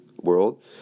world